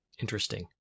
Interesting